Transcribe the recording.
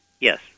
Yes